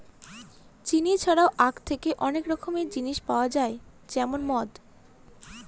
চিনি ছাড়াও আঁখ থেকে অনেক রকমের জিনিস পাওয়া যায় যেমন মদ